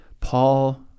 Paul